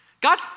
God